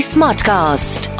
Smartcast